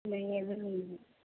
نہیں ابھی نہیں ہے